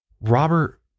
Robert